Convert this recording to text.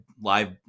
live